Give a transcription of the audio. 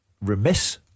remiss